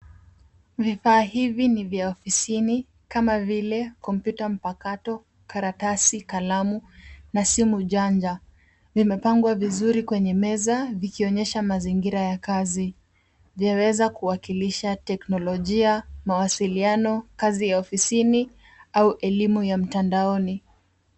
Vifaa hivi ni vya ofisini kama vile kompyuta mpakato, karatasi, kalamu na simu ujanja. Vimepangwa vizuri kwa meza, vikonyesha mazingira ya kazi. Vyaweza kuwakilisha teknolojia, mawasiliano, kazi ya ofisini au elimu ya mtandaoni.